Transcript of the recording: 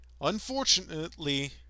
unfortunately